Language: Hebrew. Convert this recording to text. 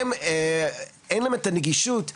הם אין להם את הנגישות להגיע,